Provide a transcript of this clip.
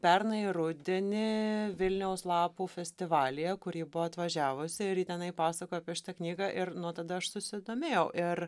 pernai rudenį vilniaus lapų festivalyje kur ji buvo atvažiavusi ir ji tenai pasakojo apie šitą knygą ir nuo tada aš susidomėjau ir